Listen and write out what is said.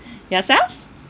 yourself